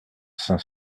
cinq